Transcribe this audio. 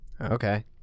okay